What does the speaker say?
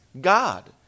God